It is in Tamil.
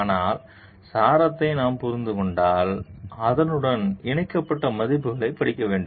ஆனால் சாரத்தை நாம் புரிந்து கொண்டால் அதனுடன் இணைக்கப்பட்ட மதிப்புகளைப் படிக்க வேண்டும்